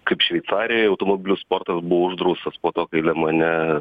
kaip šveicarijoj automobilių sportas buvo uždraustas po to kai le mane